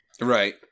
right